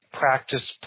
practice